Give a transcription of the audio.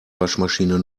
waschmaschine